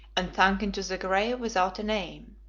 and sunk into the grave without a name.